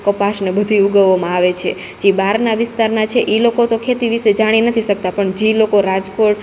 કપાસને બધુંય ઊગવવામાં આવે છે જે બારના વિસ્તારના છે ઈ લોકો તો ખેતી વિશે જાણી નથી શકતા પણ જી લોકો રાજકોટ